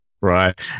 right